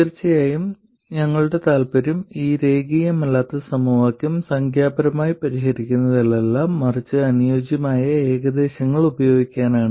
തീർച്ചയായും ഞങ്ങളുടെ താൽപ്പര്യം ഈ രേഖീയമല്ലാത്ത സമവാക്യം സംഖ്യാപരമായി പരിഹരിക്കുന്നതിലല്ല മറിച്ച് അനുയോജ്യമായ ഏകദേശങ്ങൾ ഉപയോഗിക്കാനാണ്